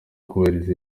kubahiriza